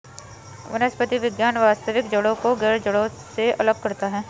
वनस्पति विज्ञान वास्तविक जड़ों को गैर जड़ों से अलग करता है